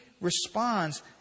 responds